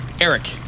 Eric